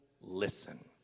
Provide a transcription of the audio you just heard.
listen